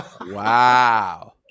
Wow